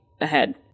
ahead